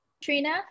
Trina